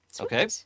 Okay